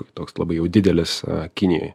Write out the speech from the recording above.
toks labai jau didelis kinijoj